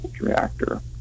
reactor